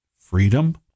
freedom